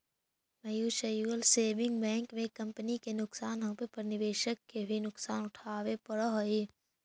mutual saving bank में company के नुकसान होवे पर निवेशक के भी नुकसान उठावे पड़ऽ हइ